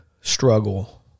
struggle